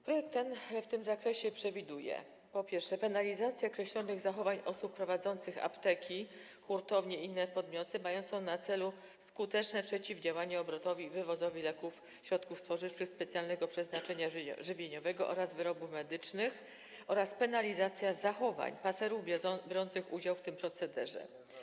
Projekt ten w tym zakresie przewiduje, po pierwsze, penalizację określonych zachowań osób prowadzących apteki, hurtownie i inne podmioty, mającą na celu skuteczne przeciwdziałanie temu obrotowi, wywozowi leków, środków spożywczych specjalnego przeznaczenia żywieniowego oraz wyrobów medycznych, po drugie, penalizację zachowań paserów biorących udział w tym procederze.